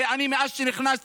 הרי אני, מאז שנכנסתי,